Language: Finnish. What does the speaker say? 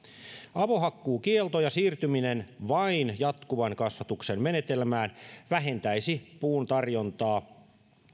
avohakkuukielto ja siirtyminen vain jatkuvan kasvatuksen menetelmään vähentäisi puun tarjontaa